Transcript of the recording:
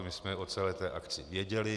My jsme o celé té akci věděli.